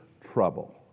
trouble